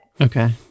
Okay